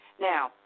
Now